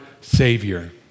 Savior